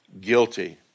guilty